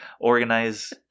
organize